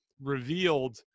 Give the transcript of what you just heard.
revealed